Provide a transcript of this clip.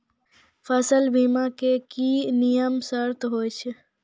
फसल बीमा के की नियम सर्त होय छै?